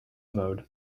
mode